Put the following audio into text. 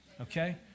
Okay